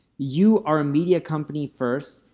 you are a media company first.